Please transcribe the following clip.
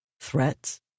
threats